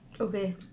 Okay